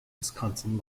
wisconsin